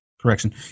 correction